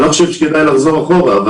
אני חושב שלא כדאי לחזור אחורה.